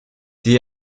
die